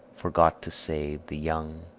forgot to save the young,